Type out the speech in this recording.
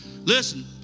listen